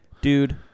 dude